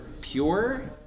pure